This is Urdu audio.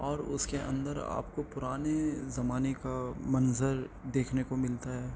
اور اس کے اندر آپ کو پرانے زمانے کا منظر دیکھنے کو ملتا ہے